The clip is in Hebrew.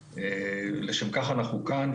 לשם כך אנחנו כאן.